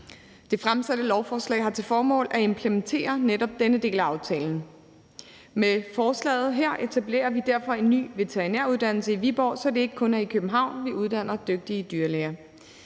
Det fremsatte lovforslag har til formål at implementere netop denne del af aftalen. Med forslaget her etablerer vi derfor en ny veterinæruddannelse i Viborg, så det ikke kun er i København, at vi uddanner dygtige dyrlæger.